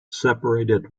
separated